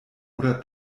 oder